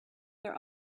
their